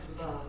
love